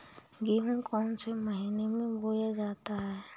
गेहूँ कौन से महीने में बोया जाता है?